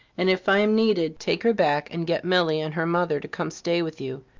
and if i'm needed, take her back and get milly and her mother to come stay with you.